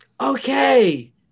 okay